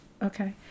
Okay